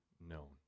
known